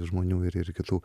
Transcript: žmonių ir ir kitų